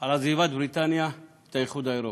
על עזיבת בריטניה את האיחוד האירופי,